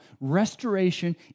restoration